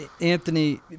Anthony